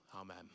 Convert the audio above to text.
Amen